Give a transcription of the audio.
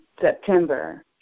September